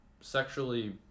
sexually